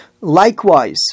Likewise